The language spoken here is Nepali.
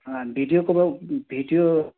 भिडियोको भाउ भिडियो